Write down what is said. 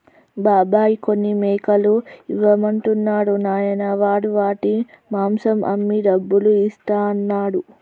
బాబాయ్ కొన్ని మేకలు ఇవ్వమంటున్నాడు నాయనా వాడు వాటి మాంసం అమ్మి డబ్బులు ఇస్తా అన్నాడు